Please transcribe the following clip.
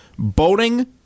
Boating